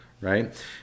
Right